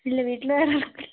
ഇല്ല വീട്ടിൽ വേറെ ആർക്കുമില്ല